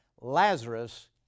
Lazarus